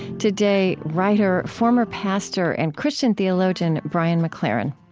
today writer, former pastor and christian theologian brian mclaren.